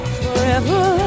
forever